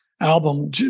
album